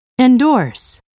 endorse